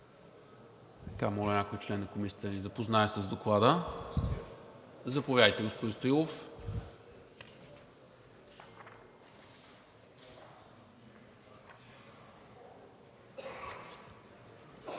Моля някой член на Комисията да ни запознае с Доклада. Заповядайте, господин Стоилов.